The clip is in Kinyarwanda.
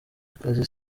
akazi